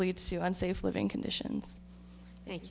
leads to unsafe living conditions